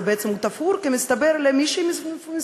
ובעצם הוא תפור למישהי מסוימת,